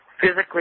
physically